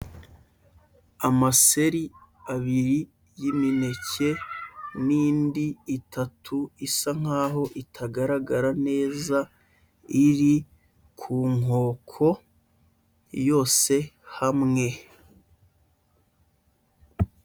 Amaseri abiri y'imineke n'indi itatu isa nk'aho itagaragara neza, iri ku nkoko, yose hamwe.